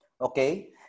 Okay